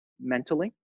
mentally